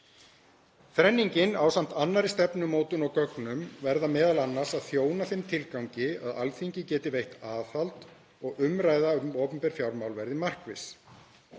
Þrenningin ásamt annarri stefnumótun og gögnum verða m.a. að þjóna þeim tilgangi að Alþingi geti veitt aðhald og að umræða um opinber fjármál verði markviss.